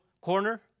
corner